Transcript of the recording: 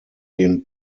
brian